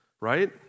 right